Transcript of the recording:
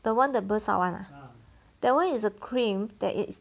the one that burst out [one] ah that [one] is a cream that it's